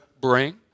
bring